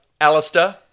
Alistair